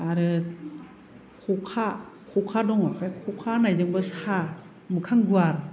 आरो ख'खा ख'खा दङ बे ख'खा होननायजोंबो सा मोखां गुवार